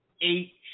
eight